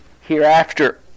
hereafter